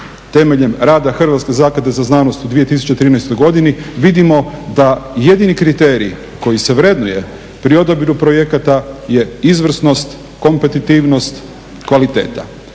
temeljem rada Hrvatske zaklade za znanost u 2013. godini vidimo da jedini kriterij koji se vrednuje pri odabiru projekata je izvrsnost, kompetitivnost, kvaliteta.